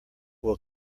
will